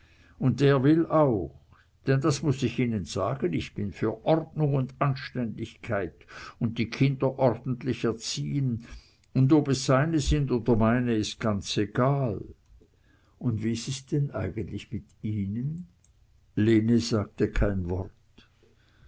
und er will auch denn das muß ich ihnen sagen ich bin für ordnung und anständigkeit und die kinder orntlich erziehn und ob es seine sind oder meine is janz egal und wie is es denn eigentlich mit ihnen lene sagte kein wort